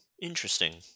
Interesting